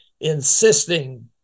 insisting